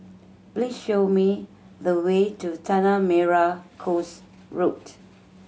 please show me the way to Tanah Merah Coast Road